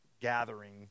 gathering